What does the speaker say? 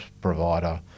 provider